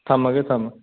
ꯊꯝꯃꯒꯦ ꯊꯝꯃꯒꯦ